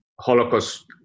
Holocaust